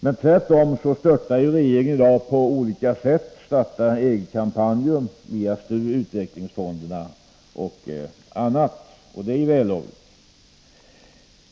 Men tvärtom stöder regeringen i dag Starta eget-kampanjer, via STU, utvecklingsfonderna och på annat sätt, och det är ju vällovligt.